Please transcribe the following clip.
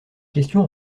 question